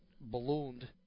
ballooned